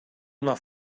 enough